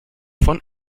von